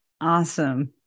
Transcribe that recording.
Awesome